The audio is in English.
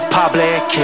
public